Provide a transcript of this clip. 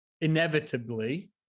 inevitably